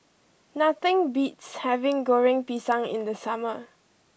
nothing beats having Goreng Pisang in the summer